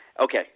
okay